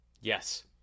Yes